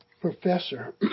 professor